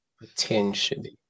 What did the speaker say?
Potentially